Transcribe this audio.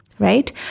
right